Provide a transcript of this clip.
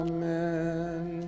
Amen